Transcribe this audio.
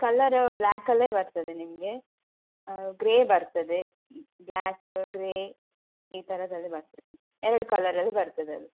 colour ಬ್ಲಾಕಲ್ಲೇ ಬರ್ತದೆ ನಿಮಗೆ ಗ್ರೇ ಬರ್ತದೆ ಬ್ಲಾಕ್ ಗ್ರೇ ಈ ಥರದಲ್ಲಿ ಬರ್ತದೆ ಎರಡು ಕಲರಲ್ಲಿ ಬರ್ತದೆ ಅದು